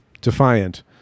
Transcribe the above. defiant